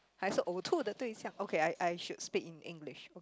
还是呕吐的对象 okay I I should speak in English